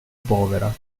povera